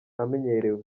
amenyerewe